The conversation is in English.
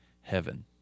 heaven